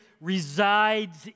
resides